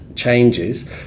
changes